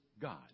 God